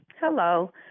Hello